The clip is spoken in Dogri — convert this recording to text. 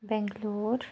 बैगलूर